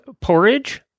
porridge